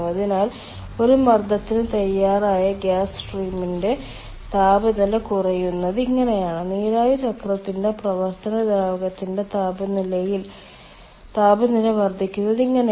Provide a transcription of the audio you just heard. അതിനാൽ ഒരു മർദ്ദത്തിന് തയ്യാറായ ഗ്യാസ് സ്ട്രീമിന്റെ താപനില കുറയുന്നത് ഇങ്ങനെയാണ് നീരാവി ചക്രത്തിന്റെ പ്രവർത്തന ദ്രാവകത്തിന്റെ താപനില വർദ്ധിക്കുന്നത് ഇങ്ങനെയാണ്